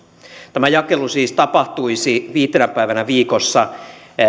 tämä jakelu siis tapahtuisi viitenä päivänä viikossa